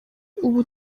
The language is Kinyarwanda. ubu